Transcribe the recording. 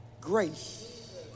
grace